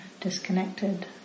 disconnected